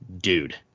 dude